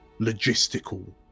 logistical